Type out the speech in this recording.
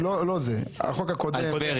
לא זה, החוק הקודם --- על טבריה